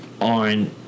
on